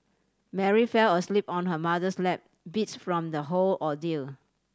Mary fell asleep on her mother's lap beats from the whole ordeal